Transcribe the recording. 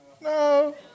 no